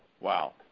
Wow